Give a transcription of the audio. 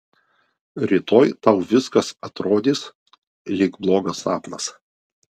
rytoj tau viskas atrodys lyg blogas sapnas